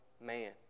man